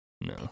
No